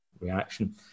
reaction